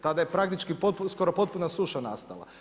Tada je praktički skoro potpuna suša nastala.